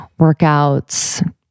workouts